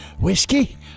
whiskey